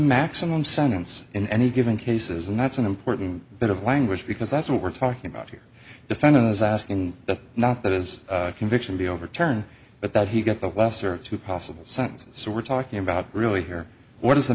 maximum sentence in any given cases and that's an important bit of language because that's what we're talking about here defending is asking that not that is a conviction be overturned but that he got the lesser of two possible sentences so we're talking about really here what is the